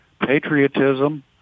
patriotism